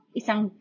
isang